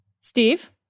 Steve